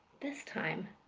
this time,